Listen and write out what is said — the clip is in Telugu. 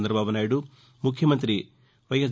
చంద్రబాబునాయుడు ముఖ్యమంతి వైఎస్